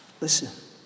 Listen